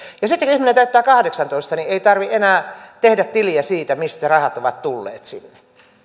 sitten kun ihminen täyttää kahdeksantoista niin ei tarvitse enää tehdä tiliä siitä mistä rahat ovat tulleet sinne